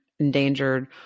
Endangered